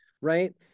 right